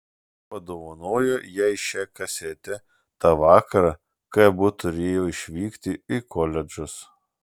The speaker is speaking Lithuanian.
padovanojo jai šią kasetę tą vakarą kai abu turėjo išvykti į koledžus